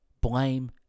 blame